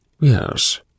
Yes